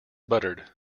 buttered